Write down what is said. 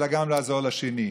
אלא גם לעזור לשני.